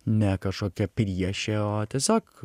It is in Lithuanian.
ne kažkokia priešė o tiesiog